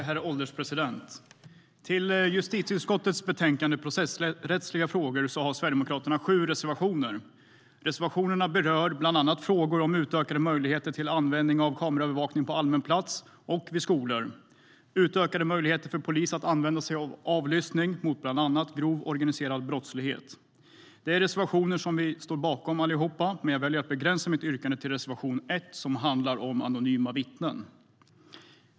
Herr ålderspresident! I justitieutskottets betänkande Processrättsliga frågor har Sverigedemokraterna sju reservationer. Reservationerna berör bland annat frågor om utökade möjligheter till användning av kameraövervakning på allmän plats och vid skolor samt utökade möjligheter för polis att använda sig av avlyssning mot bland annat grov organiserad brottslighet. Vi står bakom alla våra reservationer, men jag väljer att begränsa mitt yrkande till reservation 1, som handlar om anonyma vittnen.